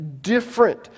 different